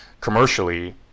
commercially